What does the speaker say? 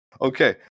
Okay